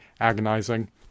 agonizing